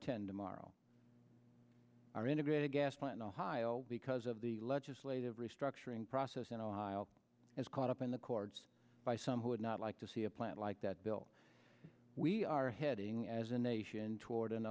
ten to morrow our integrated gas plant ohio because of the legislative restructuring process in ohio is caught up in the cords by some who would not like to see a plant like that bill we are heading as a nation toward an